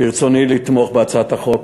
ברצוני לתמוך בהצעת החוק